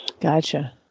Gotcha